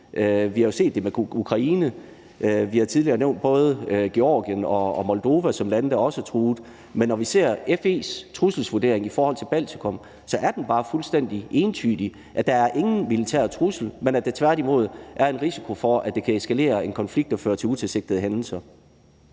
Vi har jo set det med Ukraine, og vi har tidligere nævnt både Georgien og Moldova som lande, der også er truet. Men når vi ser på FE's trusselsvurdering i forhold til Baltikum, er den bare fuldstændig entydig, altså at der ikke er nogen militær trussel, men at der tværtimod er en risiko for, at det kan eskalere en konflikt og føre til utilsigtede hændelser.